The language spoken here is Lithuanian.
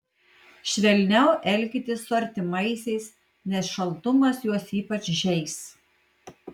švelniau elkitės su artimaisiais nes šaltumas juos ypač žeis